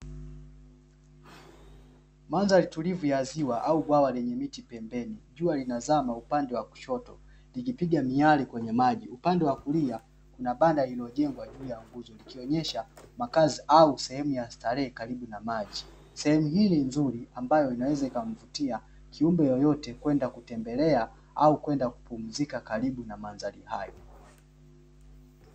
Mandhari tulivu ya ziwa au bwawa lenye miti pembeni, jua linazama upande wa kushoto likipiga miyale kwenye maji upande wa kulia kuna banda lililojengwa juu ya nguzo likionyesha makazi au sehemu ya starehe karibu na maji. Sehemu hii ni nzuri ambayo inaweza ikamvutia kiumbe yeyote kwenda kutembelea au kwenda kupumzika karibu na mandhari hayo.